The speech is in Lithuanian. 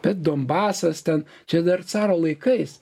bet donbasas ten čia dar caro laikais